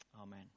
Amen